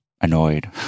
annoyed